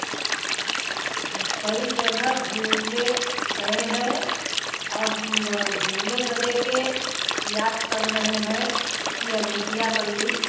हम कई जगह घूमने गए हैं अब घूमने बदे के याद कर रहे हैं कि अयोध्या मंदिर